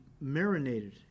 marinated